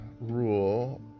rule